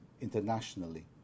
internationally